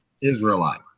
Israelite